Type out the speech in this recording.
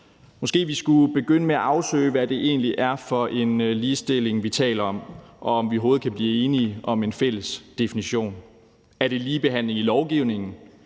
Måske skulle vi begynde med at afsøge, hvad det egentlig er for en ligestilling, vi taler om, og om vi overhovedet kan blive enige om en fælles definition. Er det ligebehandling i lovgivningen?